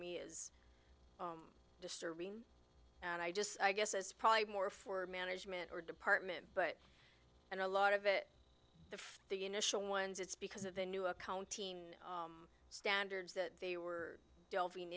me is disturbing and i just i guess is probably more for management or department but and a lot of it the the initial ones it's because of the new accounting standards that they were